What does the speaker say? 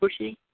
pushy